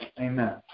Amen